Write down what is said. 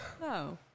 No